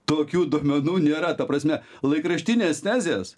tokių duomenų nėra ta prasme laikraštinės tezės